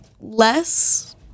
less